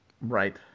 Right